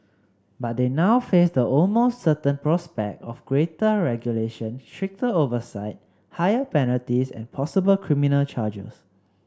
but they now face the almost certain prospect of greater regulation stricter oversight higher penalties and possible criminal charges